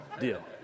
deal